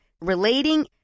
relating